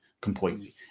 completely